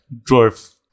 dwarf